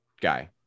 guy